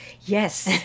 Yes